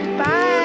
Bye